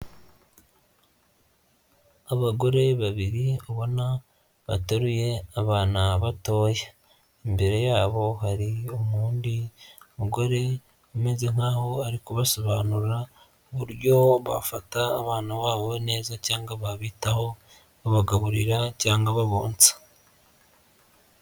Abagore babiri ubona bateruye abana batoya, imbere yabo hari undi mugore umeze nkaho ari kubasobanurira uburyo bafata abana babo neza cyangwa babitaho babagaburira cyangwa babonsa.